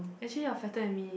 actually you are fatter than me